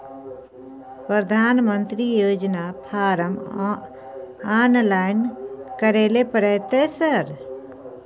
प्रधानमंत्री योजना form online करैले परतै सर?